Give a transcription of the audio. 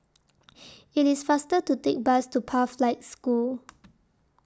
IT IS faster to Take Bus to Pathlight School